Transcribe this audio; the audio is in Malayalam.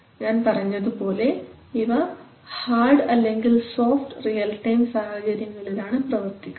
ഞാൻ പറഞ്ഞതുപോലെ ഇവ hard soft real time hard soft real time സാഹചര്യങ്ങളിലാണ് പ്രവർത്തിക്കുന്നത്